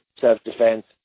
self-defense